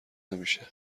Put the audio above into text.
نمیشه